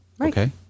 Okay